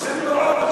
חסר לי מרעה.